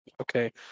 Okay